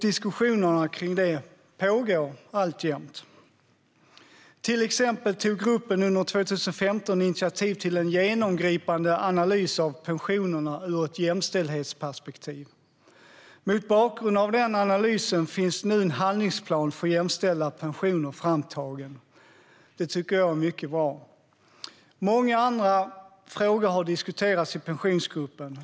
Diskussionerna kring detta pågår alltjämt. Till exempel tog gruppen under 2015 initiativ till en genomgripande analys av pensionerna ur ett jämställdhetsperspektiv. Mot bakgrund av den analysen finns nu en handlingsplan för jämställda pensioner framtagen, vilket jag tycker är mycket bra. Många andra frågor har diskuterats i Pensionsgruppen.